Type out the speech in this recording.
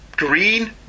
Green